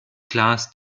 glas